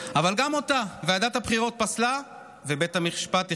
אבל גם אותה ועדת הבחירות פסלה ובית המשפט הכשיר.